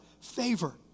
favor